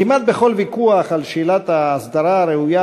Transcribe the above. כמעט בכל ויכוח על שאלת ההסדרה הראויה